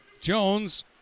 Jones